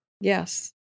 Yes